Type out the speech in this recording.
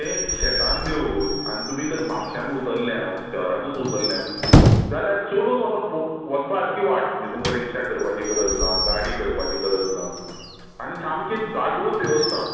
तें एक शेतान देवूळ आनी तुमी तर म्हापश्यान उतरल्यांत शहरानूत उतरल्यात जाल्यार चलून वच वचपा सारकी वाट म्हणजे तुमका रिक्षा करपाची गरज ना गाडी करपाची गरज ना आनी सामके जागृत देवस्थान